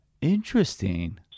Interesting